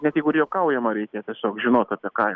net jeigu ir juokaujama reikia tiesiog žinot apie ką